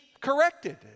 corrected